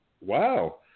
Wow